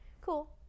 cool